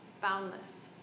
boundless